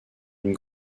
une